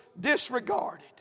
disregarded